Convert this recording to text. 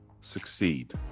succeed